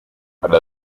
para